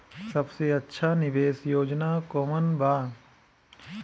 सबसे अच्छा निवेस योजना कोवन बा?